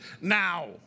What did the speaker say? now